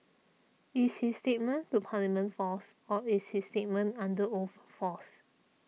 is his statement to Parliament false or is his statement under oath false